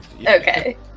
Okay